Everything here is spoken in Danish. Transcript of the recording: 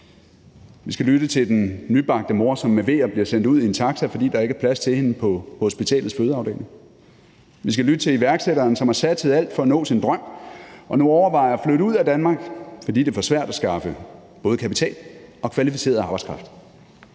Vi skal lytte til den nybagte mor, som med veer bliver sendt ud i en taxa, fordi der ikke er plads til hende på hospitalets fødeafdeling. Vi skal lytte til iværksætteren, som har satset alt for at nå sin drøm og nu overvejer at flytte ud af Danmark, fordi det er for svært at skaffe både kapital og kvalificeret arbejdskraft.